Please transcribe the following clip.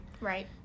Right